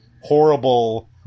horrible